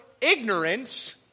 ignorance